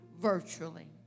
virtually